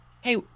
hey